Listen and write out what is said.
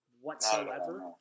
whatsoever